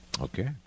Okay